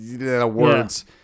words